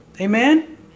Amen